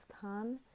come